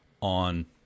on